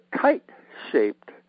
kite-shaped